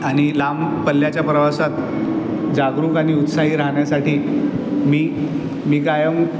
आणि लांब पल्याच्या प्रवासात जागरूक आणि उत्साही राहण्यासाठी मी मी कायम